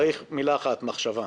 צריך מילה אחת: מחשבה.